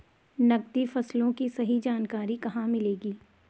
नकदी फसलों की सही जानकारी कहाँ मिलेगी?